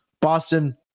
Boston